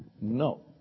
No